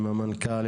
עם המנכ"ל,